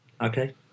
Okay